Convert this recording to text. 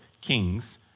kings